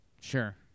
Sure